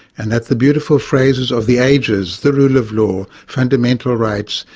and that the beautiful phrases of the ages, the rule of law, fundamental rights,